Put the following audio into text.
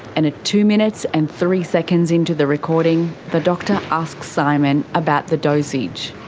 and at two minutes and three seconds into the recording, the doctor asks simon about the dosage.